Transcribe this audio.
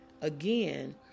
Again